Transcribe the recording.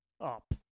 up